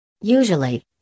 Usually